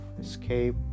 escape